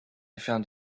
found